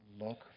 look